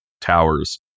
towers